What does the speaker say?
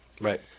right